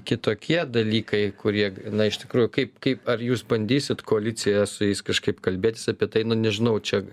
kitokie dalykai kurie g na iš tikrųjų kaip kaip ar jūs bandysit koalicija su jais kažkaip kalbėtis apie tai nu nežinau čia